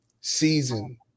season